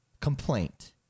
complaint